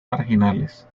marginales